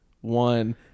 one